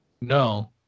No